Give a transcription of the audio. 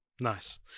Nice